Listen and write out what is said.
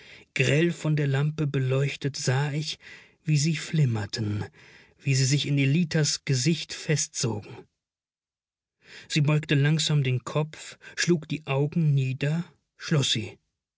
grell von der lampe beleuchtet sah ich wie sie flimmerten wie sie sich in ellitas gesicht festsogen sie beugte langsam den kopf schlug die augen nieder schloß sie